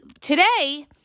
today